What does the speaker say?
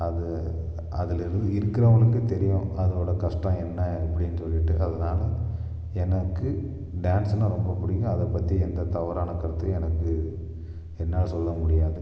அது அதில் இருக்கிறவங்களுக்கு தெரியும் அதோடய கஷ்டம் என்ன எப்படின்னு சொல்லிட்டு அதனால் எனக்கு டான்ஸுனால் ரொம்ப பிடிக்கும் அதைப் பற்றி எந்தத் தவறான கருத்தும் எனக்கு என்னால் சொல்ல முடியாது